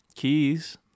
keys